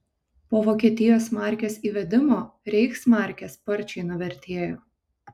po vokietijos markės įvedimo reichsmarkė sparčiai nuvertėjo